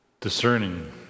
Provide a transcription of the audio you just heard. discerning